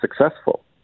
successful